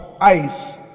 ice